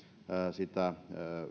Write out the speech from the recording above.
sitä